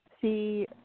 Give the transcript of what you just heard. see